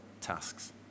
tasks